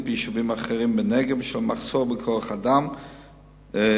ביישובים האחרים בנגב בשל מחסור בכוח-אדם סיעודי,